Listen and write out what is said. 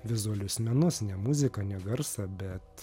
vizualius menus ne muzika ne garsą bet